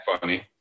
funny